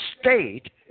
state